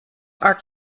are